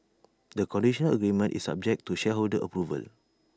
the conditional agreement is subject to shareholder approval